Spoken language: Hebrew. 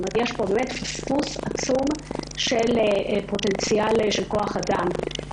יש פה באמת פספוס עצום של פוטנציאל של כוח אדם.